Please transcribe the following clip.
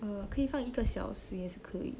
oh 可以放一个小时也是可以